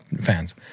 fans